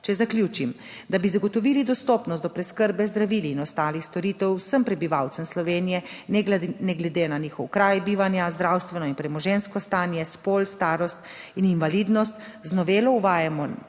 Če zaključim. Da bi zagotovili dostopnost do preskrbe zdravil in ostalih storitev vsem prebivalcem Slovenije, ne glede na njihov kraj bivanja, zdravstveno in premoženjsko stanje, spol, starost in invalidnost z novelo uvajamo